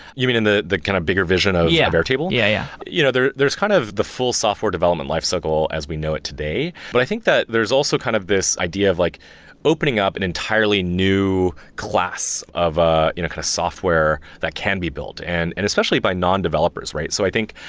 you mean in the kind of bigger vision of yeah of airtable? yeah. yeah, you know yeah there's kind of the full software development lifecycle as we know it today. but i think that there's also kind of this idea of like opening up an entirely new class of ah you know software that can be built, and and especially by non-developers, right? so i think,